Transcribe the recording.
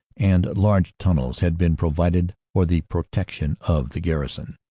and large tunnels had been pro vided for the protection of the garrison.